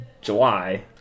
July